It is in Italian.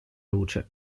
luce